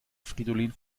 fridolin